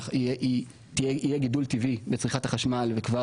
יהיה גידול טבעי בצריכת החשמל וכבר